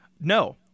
No